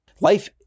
Life